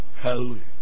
Hallelujah